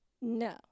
No